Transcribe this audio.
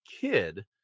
kid